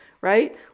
right